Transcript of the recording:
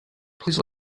please